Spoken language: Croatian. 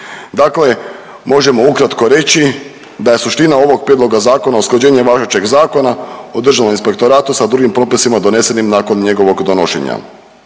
Dakle možemo ukratko reći da je suština ovog prijedloga zakona usklađenje važećeg Zakona o državnom inspektoratu sa drugim propisima donesenim nakon njegovog donošenja.